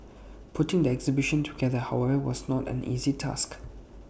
putting the exhibition together however was not an easy task